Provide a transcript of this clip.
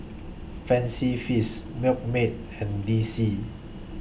Fancy Feast Milkmaid and D C